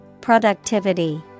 Productivity